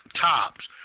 tops